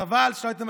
חבל שלא הייתם,